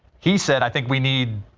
he said i think we need.